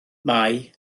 mai